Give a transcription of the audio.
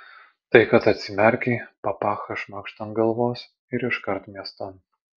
tai kad atsimerkei papachą šmakšt ant galvos ir iškart miestan